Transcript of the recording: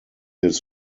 his